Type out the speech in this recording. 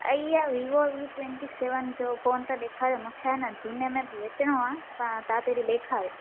अई इअ Vivo V twenty seven जो फोन त ॾेखारियो मूंखे आहे न झूने में विकिरिणो आहे तव्हां पहिरीं ॾेखारियो